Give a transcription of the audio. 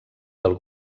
del